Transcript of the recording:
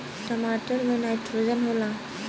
टमाटर मे नाइट्रोजन होला?